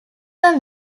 were